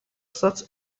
such